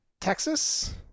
Texas